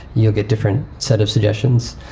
you get different set of suggestions.